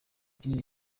kinini